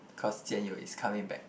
cause Jian-Yong is coming back